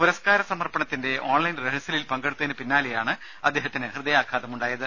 പുരസ്കാര സമർപ്പണത്തിന്റെ ഓൺലൈൻ റിഹേഴ്സലിൽ പങ്കെടുത്തതിന് പിന്നാലെയാണ് അദ്ദേഹത്തിന് ഹൃദയാഘാതമുണ്ടായത്